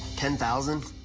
ten thousand